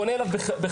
פונה אליו בכבוד.